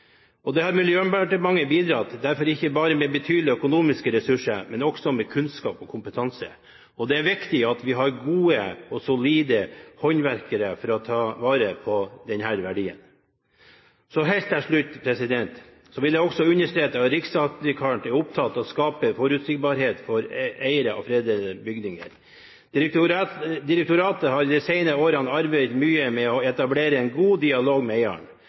ikke bare bidratt med økonomiske ressurser, men også med kunnskap og kompetanse. Det er viktig at vi har gode og solide håndverkere for å ta vare på denne verdien. Så helt til slutt vil jeg understreke at riksantikvaren er opptatt av å skape forutsigbarhet for eiere av fredede bygninger. Direktoratet har de senere årene arbeidet mye med å etablere en god dialog med